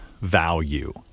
value